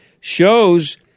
shows